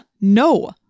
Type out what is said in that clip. No